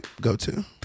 go-to